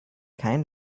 kein